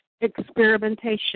experimentation